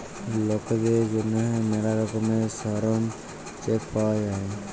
লকদের জ্যনহে ম্যালা রকমের শরম চেক পাউয়া যায়